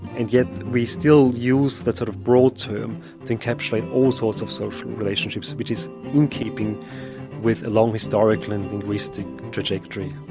and yet we still use that sort of broad term to encapsulate all sorts of social relationships which is in keeping with a long historical and linguistic trajectory.